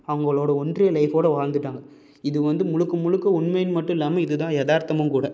அவங்களோட ஒன்றிய லைஃப்போட வாழ்ந்துட்டாங்க இது வந்து முழுக்க முழுக்க உண்மையின்னு மட்டும் இல்லாமல் இதுதான் எதார்த்தமும் கூட